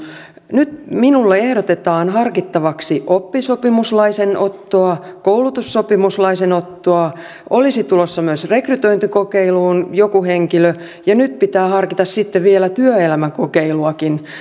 nyt minulle ehdotetaan harkittavaksi oppisopimuslaisen ottoa koulutussopimuslaisen ottoa olisi tulossa myös rekrytointikokeiluun joku henkilö ja nyt pitää harkita sitten vielä työelämäkokeiluakin